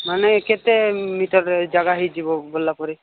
ମାନେ କେତେ ମିଟର ଜାଗା ହୋଇଯିବ ଗଲା ପରେ